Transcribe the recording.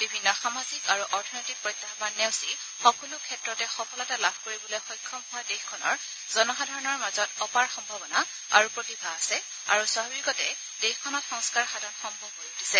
বিভিন্ন সামাজিক আৰু অৰ্থনৈতিক প্ৰত্যাহান নেওচি সকলো ক্ষেত্ৰতে সফলতা লাভ কৰিবলৈ সক্ষম হোৱা দেশখনৰ জনসাধাৰণৰ মাজত অপাৰ সম্ভাৱনা আৰু প্ৰতিভা আছে আৰু স্বাভাৱিকতে দেশখনত সংস্কাৰ সাধন সম্ভৱ হৈ উঠিছে